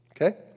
Okay